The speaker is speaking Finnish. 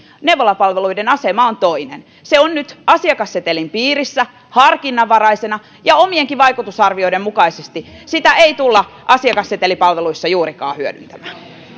neuvolapalveluiden asema on toinen se on nyt asiakassetelin piirissä harkinnanvaraisena ja omienkin vaikutusarvioiden mukaisesti sitä ei tulla asiakassetelipalveluissa juurikaan hyödyntämään